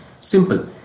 Simple